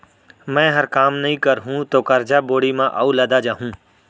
मैंहर काम नइ करहूँ तौ करजा बोड़ी म अउ लदा जाहूँ